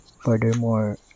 Furthermore